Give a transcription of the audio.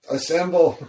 Assemble